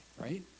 right